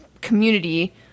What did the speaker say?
community